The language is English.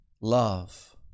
love